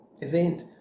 Event